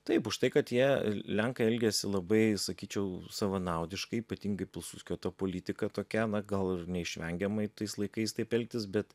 taip už tai kad jie lenkai elgėsi labai sakyčiau savanaudiškai ypatingai pilsudskio ta politika tokia na gal ir neišvengiamai tais laikais taip elgtis bet